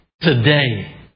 Today